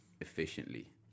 efficiently